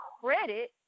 credit